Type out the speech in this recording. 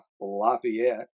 Lafayette